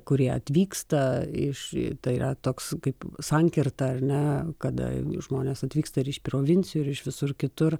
kurie atvyksta iš tai yra toks kaip sankirta ar ne kada žmonės atvyksta ir iš provincijų ir iš visur kitur